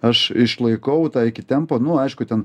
aš išlaikau tą iki tempo na aišku ten